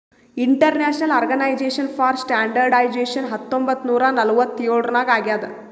international organisation for standardisation ಹತ್ತೊಂಬತ್ ನೂರಾ ನಲ್ವತ್ತ್ ಎಳುರ್ನಾಗ್ ಆಗ್ಯಾದ್